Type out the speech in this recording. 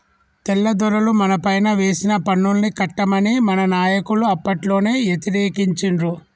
తెల్లదొరలు మనపైన వేసిన పన్నుల్ని కట్టమని మన నాయకులు అప్పట్లోనే యతిరేకించిండ్రు